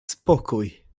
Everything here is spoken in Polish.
spokój